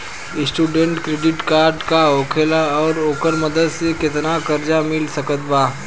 Student credit card का होखेला और ओकरा मदद से केतना कर्जा मिल सकत बा?